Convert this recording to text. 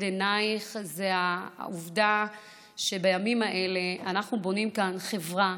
עינייך זה העובדה שבימים האלה אנחנו בונים כאן חברה,